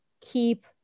keep